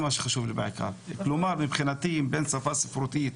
כלומר מבחינתי בין שפה ספרותית